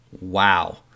Wow